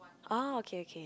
oh okay okay